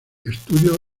estudios